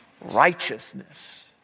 righteousness